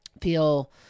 feel